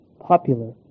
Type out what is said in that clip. popular